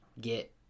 get